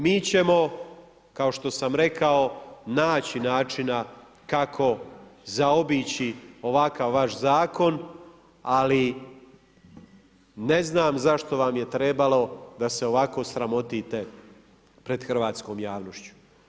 Mi ćemo, kao što sam rekao, naći načina kako zaobići ovakav vaš zakon, ali ne znam zašto vam je trebalo da se ovako sramotite pred Hrvatskom javnošću.